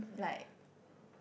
like